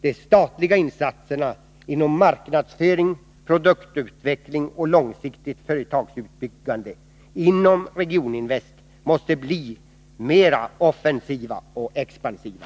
De statliga insatserna inom marknadsföring, produktutveckling och långsiktigt företagsuppbyggande inom Regioninvest måste bli mera offensiva och expansiva.